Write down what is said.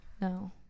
No